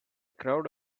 crowd